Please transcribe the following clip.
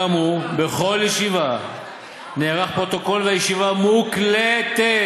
כאמור, בכל ישיבה נערך פרוטוקול והישיבה מוקלטת.